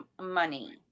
money